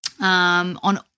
on